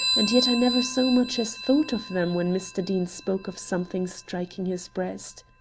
and yet i never so much as thought of them when mr. deane spoke of something striking his breast.